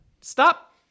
stop